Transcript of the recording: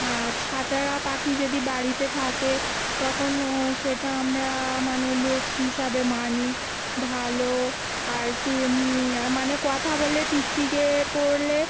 আর ছাতারে পাখি যদি বাড়িতে থাকে তখন ও সেটা আমরা মানে লক্ষী হিসাবে মানি ভালো আর টিম মানে কথা বললে টিকটিকি পড়লে